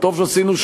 טוב עשינו שהקשבנו,